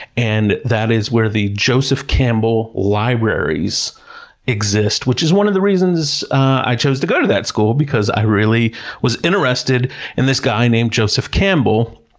and that is where the joseph campbell libraries exist, which is one of the reasons i chose to go to that school, because i really was interested in this guy named joseph campbell,